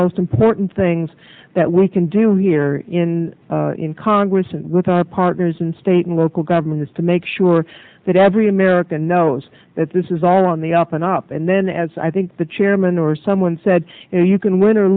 most important things that we can do here in congress and with our partners in state and local government is to make sure that every american knows that this is all on the up and up and then as i think the chairman or someone said you know you can win or